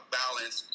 balance